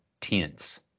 tense